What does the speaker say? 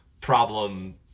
problem